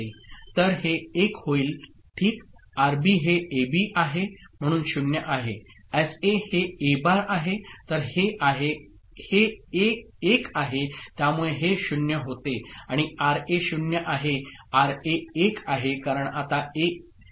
तर हे 1 होईल ठीक आरबी हे ए बी आहे म्हणून 0 आहे एसए हे ए बार आहे तर हे आहे हे ए 1 आहे त्यामुळे हे 0 होते आणि आरए 0 आहे आरए 1 आहे कारण आता ए 1 आहे